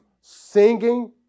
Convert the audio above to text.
singing